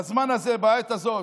בזמן הזה, בעת הזאת,